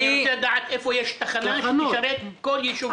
אני רוצה לדעת איפה תהיה תחנה שתשרת כל ישוב.